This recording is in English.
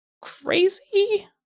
crazy